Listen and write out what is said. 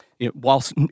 whilst